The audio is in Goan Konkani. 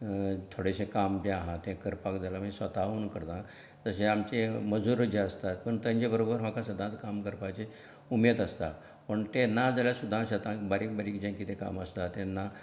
थोडेशें काम जे आहां ते करपाक जाल्यार स्वताहून करता तशें आमचे मजूर जे आसतात पूण तेंचे बरोबर म्हाका सदांच काम करपाचे उमेद आसता पण ते ना जाल्यार सुद्दां शेतान बारीक बारीक जे कितें काम आसता तेन्ना